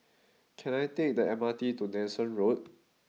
can I take the M R T to Nanson Road